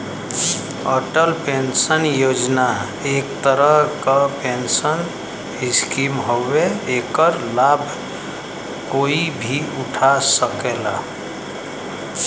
Atal pension Yojana एक तरह क पेंशन स्कीम हउवे एकर लाभ कोई भी उठा सकला